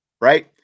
right